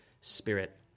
Spirit